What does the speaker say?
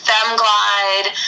FemGlide